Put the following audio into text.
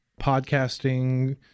podcasting